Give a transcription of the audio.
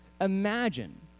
imagine